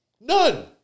None